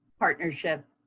partnership,